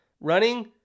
running